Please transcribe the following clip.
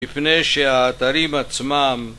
לפני שהאתרים עצמם